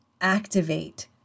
Activate